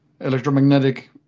electromagnetic